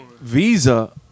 Visa